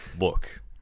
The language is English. Look